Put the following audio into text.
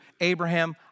Abraham